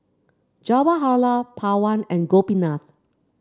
Jawaharlal Pawan and Gopinath